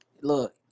look